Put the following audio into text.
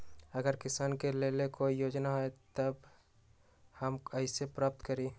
अगर किसान के लेल कोई योजना है त हम कईसे प्राप्त करी?